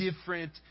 different